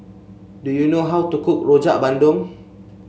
do you know how to cook Rojak Bandung